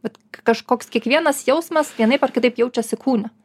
vat kažkoks kiekvienas jausmas vienaip ar kitaip jaučiasi kūne